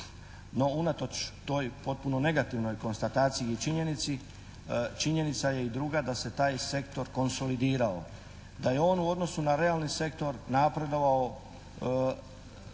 no unatoč toj potpuno negativnoj konstataciji i činjenici, činjenica je i druga da se taj sektor konsolidirao, da je on u odnosu na realni sektor napredovao